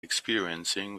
experiencing